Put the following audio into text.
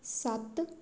ਸੱਤ